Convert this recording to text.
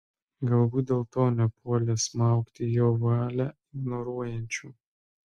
galbūt dėl to nepuolė smaugti jo valią ignoruojančių